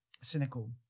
cynical